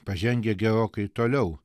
pažengę gerokai toliau